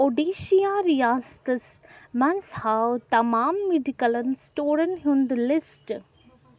اُڈیٖشہ ریاستس مَنٛز ہاو تمام میڈیکلن سٹورَن ہُنٛد لسٹ